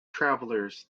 travelers